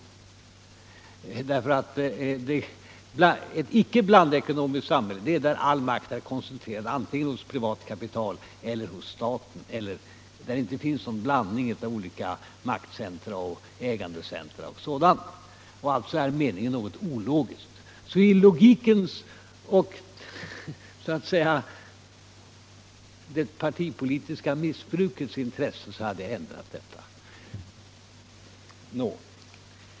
Ett icke-blandekonomiskt samhälle är det där all makt är koncentrerad antingen hos ett privatkapital eller hos staten eller där det inte finns någon blandning av olika maktcentra, ägandecentra och sådant. Meningen är alltså något ologisk. I logikens och så att säga i det partipolitiska missbrukets intresse skulle jag ha ändrat detta.